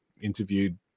interviewed